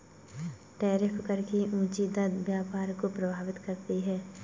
tariff कर की ऊँची दर व्यापार को प्रभावित करती है